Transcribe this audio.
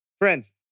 Friends